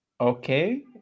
okay